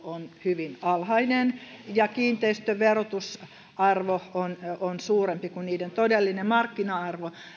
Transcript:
on hyvin alhainen ja kiinteistöverotusarvo on suurempi kuin niiden todellinen markkina arvo